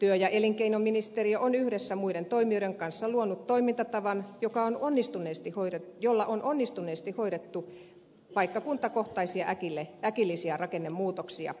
työ ja elinkeinoministeriö on yhdessä muiden toimijoiden kanssa luonut toimintatavan jolla on onnistuneesti hoidettu paikkakuntakohtaisia äkillisiä rakennemuutoksia